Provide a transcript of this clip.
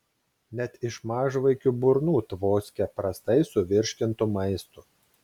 net iš mažvaikių burnų tvoskia prastai suvirškintu maistu